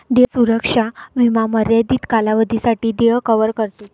देय सुरक्षा विमा मर्यादित कालावधीसाठी देय कव्हर करते